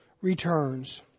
returns